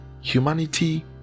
Humanity